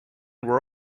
were